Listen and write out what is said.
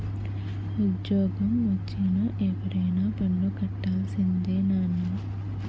ఉజ్జోగమొచ్చిన ఎవరైనా పన్ను కట్టాల్సిందే నాన్నా